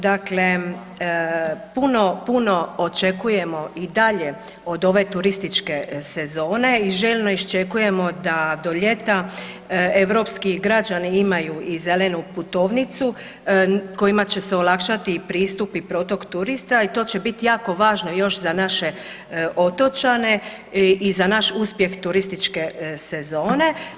Dakle, puno, puno očekujemo i dalje od ove turističke sezone i željno iščekujemo da do ljeta europski građani imaju i zelenu putovnicu kojima će se olakšati pristup i protok turista i to će biti jako važno još za naše otočane i za naš uspjeh turističke sezone.